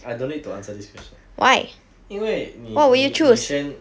I don't need to answer this question 因为你你你先